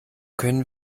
können